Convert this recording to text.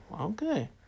Okay